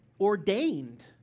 ordained